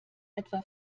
etwa